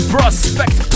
Prospect